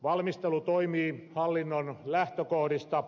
valmistelu toimii hallinnon lähtökohdista